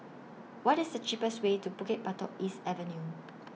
What IS The cheapest Way to Bukit Batok East Avenue